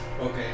Okay